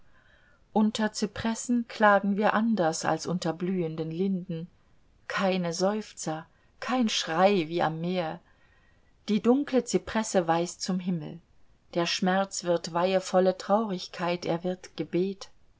unter zypressen klagen wir anders als unter blühenden linden keine seufzer kein schrei wie am meer die dunkle zypresse weist zum himmel der schmerz wird weihevolle traurigkeit er wird gebet